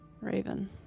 raven